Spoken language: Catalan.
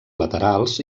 laterals